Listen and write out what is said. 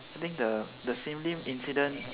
I think the the sim-lim incident